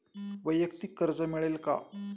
वैयक्तिक कर्ज मिळेल का?